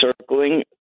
circling